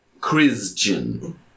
Christian